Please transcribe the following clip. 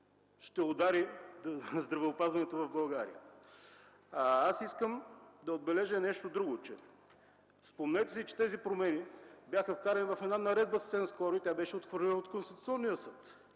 ще удари здравеопазването в България. Аз искам да отбележа нещо друго. Спомнете си, че тези промени бяха вкарани в една наредба съвсем скоро и тя беше отхвърлена от Конституционния съд.